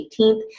18th